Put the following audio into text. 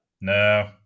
no